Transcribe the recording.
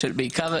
בעיקר,